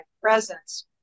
presence